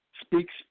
speaks